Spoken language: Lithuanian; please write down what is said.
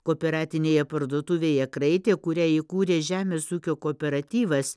kooperatinėje parduotuvėje kraitė kurią įkūrė žemės ūkio kooperatyvas